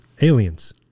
aliens